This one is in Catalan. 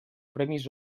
premis